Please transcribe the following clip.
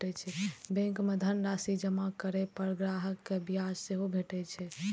bank मे धनराशि जमा करै पर ग्राहक कें ब्याज सेहो भेटैत छैक